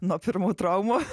nuo pirmų traumų